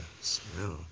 smell